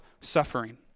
suffering